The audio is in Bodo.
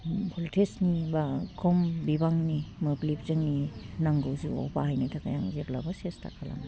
भल्टेजनि बा खम बिबांनि मोब्लिब जोंनि नांगौ जिवाव बाहायनो थाखाय आं जेब्लाबो सेस्ता खालामो